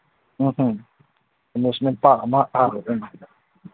ꯎꯝ ꯍꯨꯝ amusement park ꯑꯃ